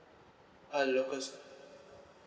uh local